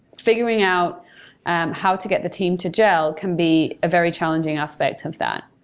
figuring out how to get the team to gel can be a very challenging aspect of that.